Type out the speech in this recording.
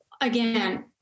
again